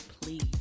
please